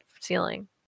ceiling